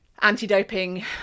anti-doping